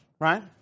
right